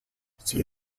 see